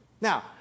Now